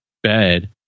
Bed